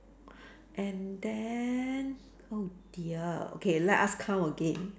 and then oh dear okay let us count again